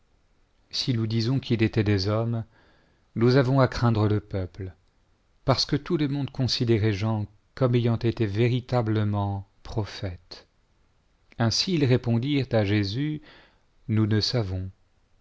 si nous disons quil était des hommes nous avons à craindre le peuple parce que tout le monde considérait jean comme ayant été véritablement prophète ainsi ils répondirent à jésus nous ne savons